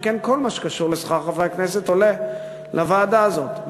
שכן כל מה שקשור לשכר חברי הכנסת עולה לוועדה הזאת,